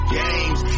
games